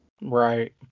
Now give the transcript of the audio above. Right